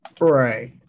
Right